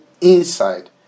inside